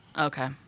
Okay